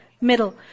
middle